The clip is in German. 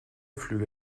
flüge